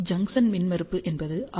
junction மின்மறுப்பு என்பது R